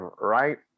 right